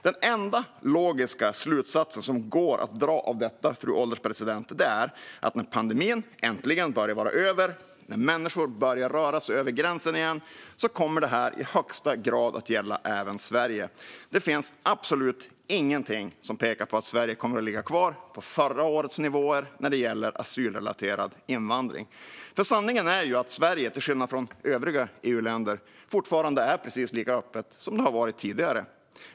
Den enda logiska slutsats som går att dra av detta, fru ålderspresident, är att när pandemin äntligen börjar vara över och när människor börjar röra sig över gränsen igen kommer det här i högsta grad att gälla även Sverige. Det finns absolut ingenting som pekar på att Sverige kommer att ligga kvar på förra årets nivåer när det gäller asylrelaterad invandring. Sanningen är att Sverige till skillnad från övriga EU-länder fortfarande är precis lika öppet som det har varit tidigare.